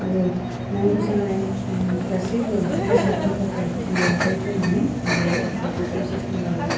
आरो नांगौ जानाय गासैबो बेसादफोरखौहाय बेवहाय होनानै बेयो बेफोरखौ जोथोन लायो